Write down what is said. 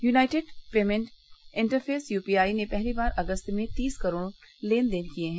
United payment interface UPI ने पहली बार अगस्त में तीस करोड़ लेन देन किए हैं